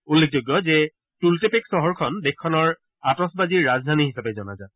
উল্লেখযোগ্য যে টুল্টেপেক চহৰখন দেশখনৰ আটছবাজীৰ ৰাজধানী হিচাপে জনাজাত